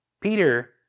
Peter